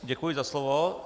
Děkuji za slovo.